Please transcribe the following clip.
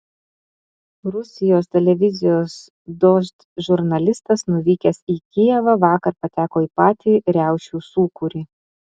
rusijos televizijos dožd žurnalistas nuvykęs į kijevą vakar pateko į patį riaušių sūkurį